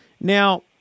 now